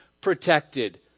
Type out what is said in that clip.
protected